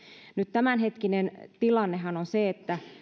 nyt tämänhetkinen tilannehan on se että